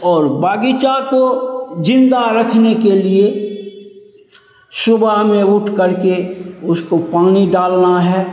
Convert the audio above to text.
और बागीचा को ज़िंदा रखने के लिए सुबह में उठकर के उसको पानी डालना है